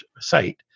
site